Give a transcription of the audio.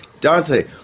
Dante